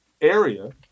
area